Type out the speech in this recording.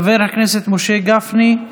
חבר הכנסת משה גפני,